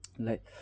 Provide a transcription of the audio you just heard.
like